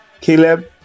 Caleb